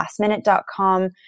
LastMinute.com